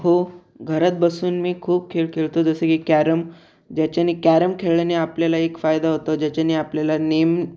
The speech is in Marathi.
हो घरात बसून मी खूप खेळ खेळतो जसं की कॅरम ज्याच्याने कॅरम खेळल्याने आपल्याला एक फायदा होतो ज्याच्याने आपल्याला नेम